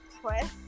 twist